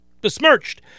besmirched